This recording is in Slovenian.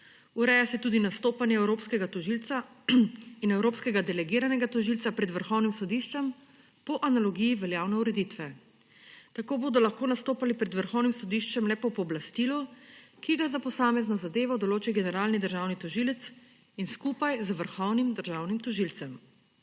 Ureja se tudi nastopanje evropskega tožilca in evropskega delegiranega tožilca pred Vrhovnim sodiščem po analogiji veljavne ureditve. Tako bodo lahko nastopali pred Vrhovnim sodiščem le po pooblastilu, ki ga za posamezno zadevo določi generalni državni tožilec in skupaj z vrhovnim državnim tožilcem.